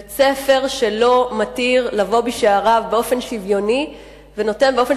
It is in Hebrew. בית-ספר שלא מתיר לבוא בשעריו באופן שוויוני ונוטה באופן